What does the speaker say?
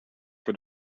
for